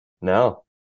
No